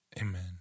Amen